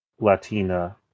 Latina